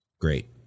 Great